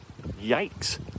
Yikes